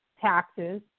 taxes